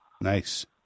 Nice